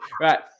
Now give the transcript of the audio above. Right